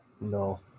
No